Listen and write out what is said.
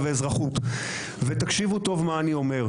אתה רואה, זה חלק מהעניין.